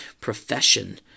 profession